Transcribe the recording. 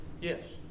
Yes